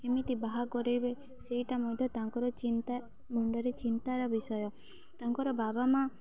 ଏମିତି ବାହା କରେଇବେ ସେଇଟା ମଧ୍ୟ ତାଙ୍କର ଚିନ୍ତା ମୁଣ୍ଡରେ ଚିନ୍ତାର ବିଷୟ ତାଙ୍କର ବାବା ମା